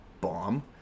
bomb